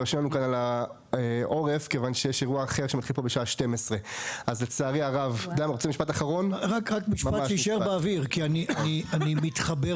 לכן זאת שאלה ולא סימן קריאה אבל אני רק אסיים את הנקודה.